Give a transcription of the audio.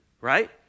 right